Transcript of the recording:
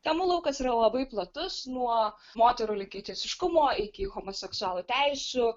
temų laukas yra labai platus nuo moterų lygiateisiškumo iki homoseksualų teisių